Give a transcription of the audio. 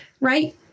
right